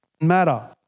matter